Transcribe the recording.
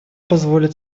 позволит